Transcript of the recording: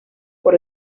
por